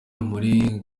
muri